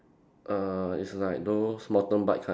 err it's like those mountain bike kind